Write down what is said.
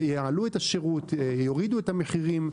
ייעלו את השירות, יורידו את המחירים.